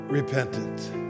Repentant